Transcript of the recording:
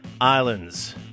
Islands